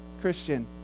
Christian